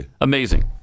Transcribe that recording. Amazing